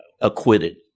Acquitted